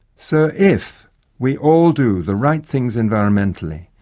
so if we all do the right things environmentally,